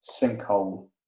sinkhole